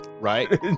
Right